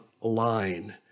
Line